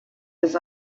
his